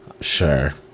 Sure